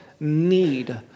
need